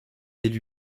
élu